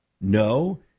No